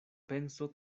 penso